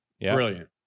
Brilliant